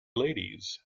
ladies